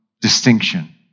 distinction